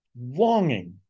longing